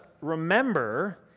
remember